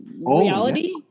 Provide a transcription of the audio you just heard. reality